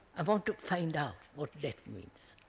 i want to find out what death means.